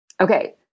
Okay